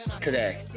today